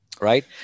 Right